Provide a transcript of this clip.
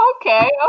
Okay